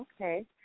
Okay